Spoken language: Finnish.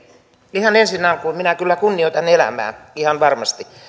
ihan ensin alkuun minä kyllä kunnioitan elämää ihan varmasti